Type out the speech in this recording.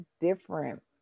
different